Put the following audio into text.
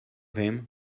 him